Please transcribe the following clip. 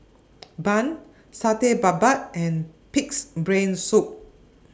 Bun Satay Babat and Pig'S Brain Soup